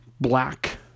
black